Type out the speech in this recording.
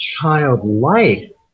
childlike